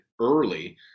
early